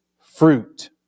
fruit